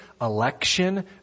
election